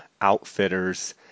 Outfitters